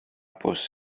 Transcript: bws